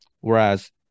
Whereas